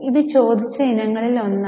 ഇത് ചോദിച്ച ഇനങ്ങളിലൊന്നായിരുന്നു